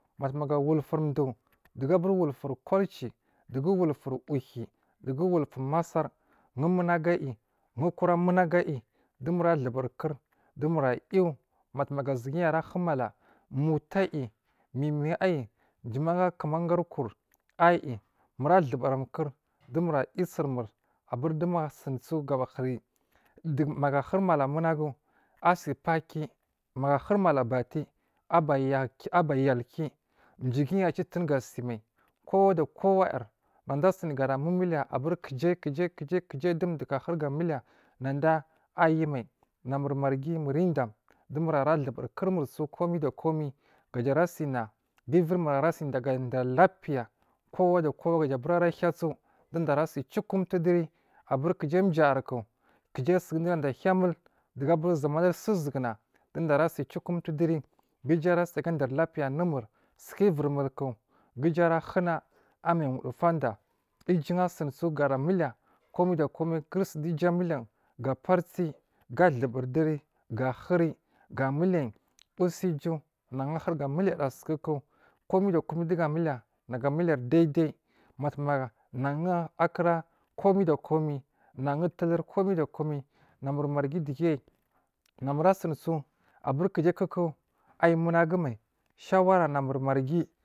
Matumaga wufuridu duga buri wulfuri kwalci du wulful uhi dugu wulfuri masa wumuna gu ayi wo kura munaga ayi du mur aduburi kur dumura ayi matumagu suguyi ara humala mutu ayi mimi ayi du waga kumaga ayi muratuburim s-kur dumur ayu sirmur abun dumur asinso gaba huri du maga ahuri mala manage asi pa kiyi maga ahuri mala bati a ba yalki jiyigiyi acitiri ga si mai kowada kowaya mada asi ga mumuliya kujai kujai kujai kujai du duku ahyal ga mimiliya nada ayu mai na mur magi murda dumur ara duburi kurmur so komai da komai gaja rasina rosidaga lapiya kowa da kowa gaja bura ra hiyaso duda arasi ciwo kumtuduri aburi kujai jayarku kujai sun dunada hiya dugubari zanin susuguna ga uju arasi a ga dar lapiya anumur suku uviri mulku ga iju ara huna a miya wadafunda iju asiniso gar a miliya komai da komai kul sun du iju a miliyan ga pari sig a duburi diri ga huri ga mul liyan usi uju nagun ahuri ga miliya sukuku komai da komai duga ahuri ga miliya naga a miliri dai mai matuma nagun akura komai da komai nagu pliliri komai da komai namur margi elegiye aburi kujai kuku ayi munagu shawara namur margi.